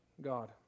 God